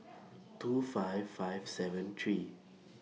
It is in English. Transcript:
two five five seven three